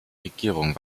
regierung